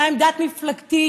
מה עמדת מפלגתי,